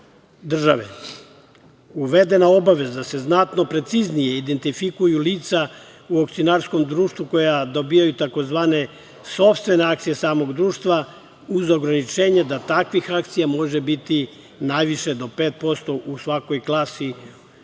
države. Uvedena obaveza da se znatno preciznije identifikuju lica u akcionarskom društvu koja dobijaju tzv. sopstvene akcije samog društva, uz ograničenje da takvih akcija može biti najviše do 5% u svakoj klasi